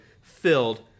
filled